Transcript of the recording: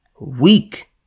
Weak